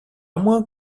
moins